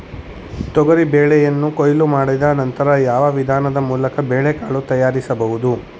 ತೊಗರಿ ಬೇಳೆಯನ್ನು ಕೊಯ್ಲು ಮಾಡಿದ ನಂತರ ಯಾವ ವಿಧಾನದ ಮೂಲಕ ಬೇಳೆಕಾಳು ತಯಾರಿಸಬಹುದು?